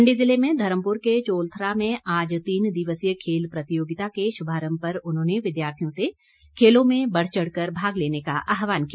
मण्डी जिले में धर्मपुर के चोलथरा में आज तीन दिवसीय खेल प्रतियोगिता के शुभारम्भ पर उन्होंने विद्यार्थियों से खेलों में बढ़ चढ़कर भाग लेने का आहवान किया